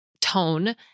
tone